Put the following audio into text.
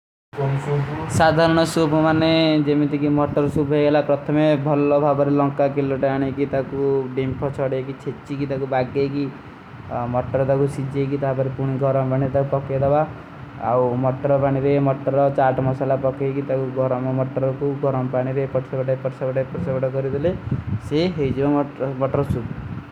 ସାଧରନ ସୂପ ମନେ ମତର ସୂପ ହୈଯୀ ଏକ ଲୌକା କେଲୋଦେ ଏକ ଡିଂପଽ ଛଡ ସୂପ ହୈ। ମତର ଅଗର ସିଜାଓ ଥା କ୍ଯୁଗି ମତ୍ରା ଭଓଷ୍ଯ ତକ ଜହେଗା ଲାପଡା। ମତ୍ରା ବନଡେ ମତର ଚାଟ ମସଲା ପକଏଗୀ ଆପକା ଯହ ହୈ ଅଉପନା।